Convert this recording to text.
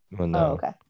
Okay